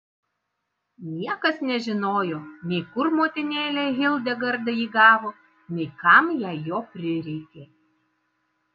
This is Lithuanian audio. niekas nežinojo nei kur motinėlė hildegarda jį gavo nei kam jai jo prireikė